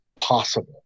possible